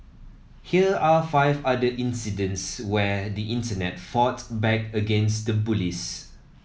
here are five other incidents where the Internet fought back against the bullies